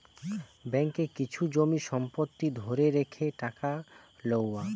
ব্যাঙ্ককে কিছু জমি সম্পত্তি ধরে রেখে টাকা লওয়া